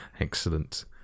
Excellent